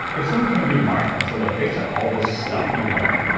if someone came to you tomorrow and said, look, based on all this stuff you know,